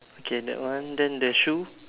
okay that one then the shoe